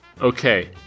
Okay